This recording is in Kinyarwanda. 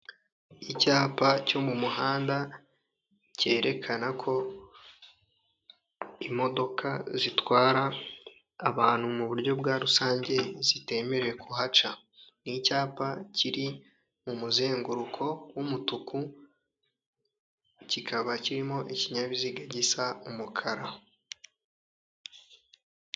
Icyapa cyo mu muhanda cyerekana ko imodoka zitwara abantu mu buryo bwa rusange zitemerewe kuhaca, ni icyapa kiri mu muzenguruko w'umutuku kikaba kirimo ikinyabiziga gisa umukara.